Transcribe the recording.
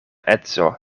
edzo